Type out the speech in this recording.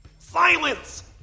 Silence